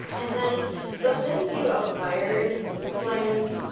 and then so since you acquired blindness,